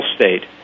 state